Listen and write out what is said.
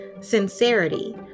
sincerity